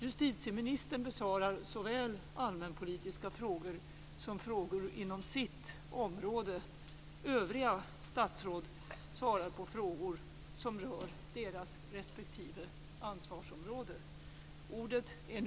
Justitieministern besvarar såväl allmänpolitiska frågor som frågor inom sitt område. Övriga statsråd svarar på frågor som rör deras respektive ansvarsområden.